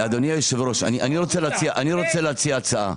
אדוני היושב-ראש, אני רוצה להציע הצעה,